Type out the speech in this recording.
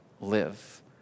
live